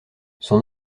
son